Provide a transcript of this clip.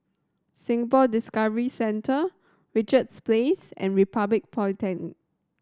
Singapore Discovery Centre Richards Place and Republic Polytechnic